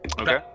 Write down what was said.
Okay